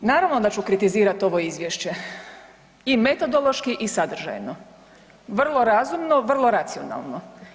Naravno da ću kritizirat ovo izvješće i metodološki i sadržajno, vrlo razumno, vrlo racionalno.